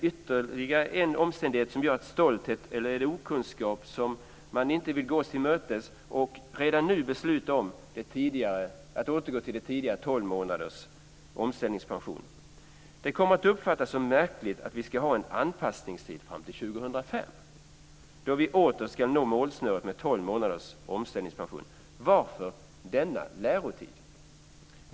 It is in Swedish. Är det av stolthet eller okunskap som man inte vill gå oss till mötes och redan nu besluta om att återgå till tidigare tolv månaders omställningspension? Det kommer att uppfattas som märkligt att vi ska ha en anpassningstid fram till 2005, då vi åter ska nå målsnöret med tolv månaders omställningspension. Varför denna lärotid?